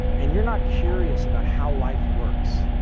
and you're not curious about how life works